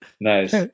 nice